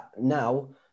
now